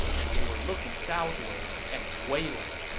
and they were looking southward and wailing.